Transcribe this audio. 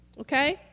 Okay